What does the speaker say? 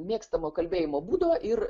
mėgstamo kalbėjimo būdo ir